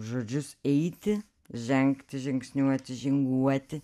žodžius eiti žengti žingsniuoti žinguoti